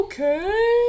Okay